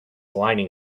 lining